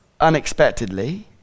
unexpectedly